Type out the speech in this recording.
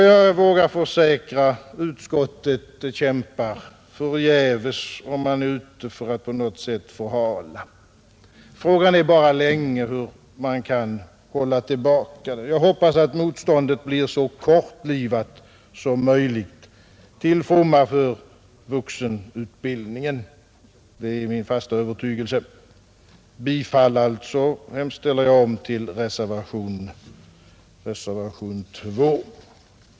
Jag vågar försäkra att utskottet kämpar förgäves, om man är ute för att på något sätt förhala. Frågan är bara hur länge man kan hålla tillbaka. Jag hoppas att motståndet blir så kortlivat som möjligt — till fromma för vuxenutbildningen, det är min fasta övertygelse. Jag hemställer alltså om bifall till reservationen 2.